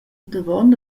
davon